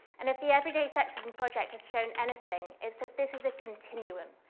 and if the everyday sexism project has shown anything, it's that this is a continuum.